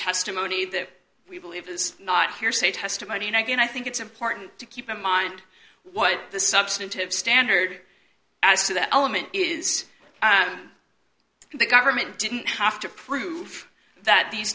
testimony that we believe is not hearsay testimony and i think it's important to keep in mind what the substantive standard as to that element is the government didn't have to prove that these